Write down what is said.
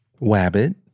wabbit